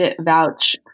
vouch